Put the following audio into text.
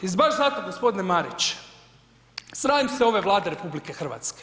I baš zato, g. Marić, sramim se ove Vlade RH.